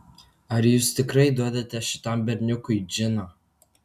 ar jūs tikrai duodate šitam berniukui džino